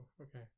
okay